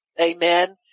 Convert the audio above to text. Amen